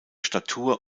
statur